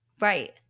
Right